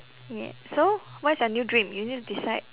ya so what is your new dream you need to decide